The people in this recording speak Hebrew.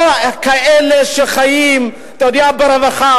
לא כאלה שאתה יודע ברווחה